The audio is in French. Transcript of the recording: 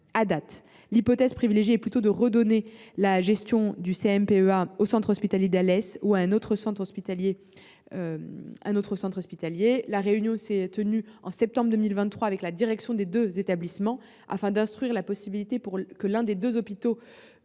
l’hypothèse privilégiée est plutôt de redonner la gestion du CMPEA au centre hospitalier d’Alès ou au centre hospitalier Le Mas Careiron. Une réunion s’est tenue en septembre 2023 avec la direction des deux établissements afin d’instruire la possibilité pour l’un des deux hôpitaux